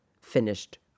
finished